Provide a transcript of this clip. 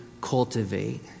cultivate